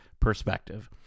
perspective